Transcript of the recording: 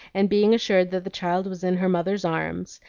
and being assured that the child was in her mother's arms,